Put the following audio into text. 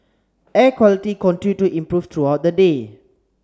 air quality continued to improve throughout the day